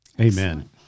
Amen